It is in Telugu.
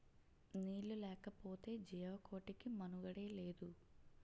నీళ్లు లేకపోతె జీవకోటికి మనుగడే లేదు